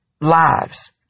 lives